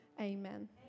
amen